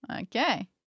Okay